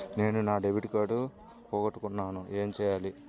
నేను నా debit card పోగొట్టుకున్నాను ఏమి చేయాలి?